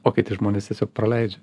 o kiti žmonės tiesiog praleidžia